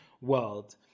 world